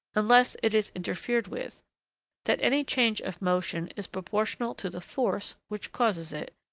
unless it is interfered with that any change of motion is proportional to the force which causes it,